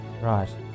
Right